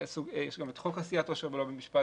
יש גם את חוק עשיית עושר ולא במשפט